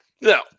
No